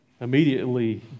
immediately